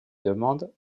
demande